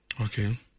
okay